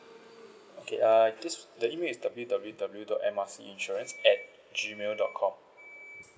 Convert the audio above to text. okay uh this the email is W_W_W dot M R C insurance at gmail dot com